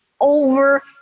over